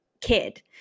kid